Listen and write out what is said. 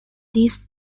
these